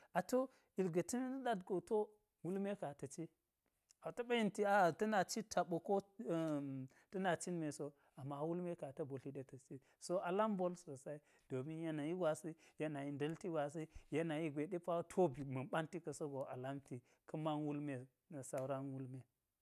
A ti wo ilgwe ta̱na̱n ɗat go ti wo wulme ka̱n ata̱ ci, aɓa taɓa yenti aa ta̱ na cit taɓo ko ta̱ na cit me so, ama wulme ka̱n a ta̱ ɓotli ɗe ta̱s ci. So a lam mbol sosai domin yanayi gwasi yanayi nda̱lti gwasi, yanayi gwe ɗe pa ti wo ba̱ man ɓanti ka̱ sogo a lamti ka̱ man wulme na̱ sauran wulme